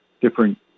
different